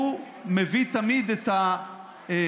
שהוא מביא תמיד את המחליט